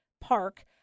park